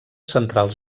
centrals